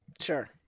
Sure